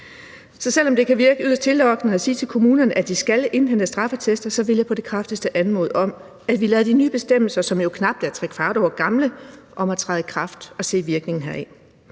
Så selv om det kan virke yderst tillokkende at sige til kommunerne, at de skal indhente straffeattester, vil jeg på det kraftigste anmode om, at vi lader de nye bestemmelser, som jo knap er trekvart år gamle, træde i kraft og ser virkningen heraf.